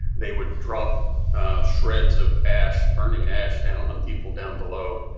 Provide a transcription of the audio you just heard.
they would drop shreds of ash, burning ash down on people down below.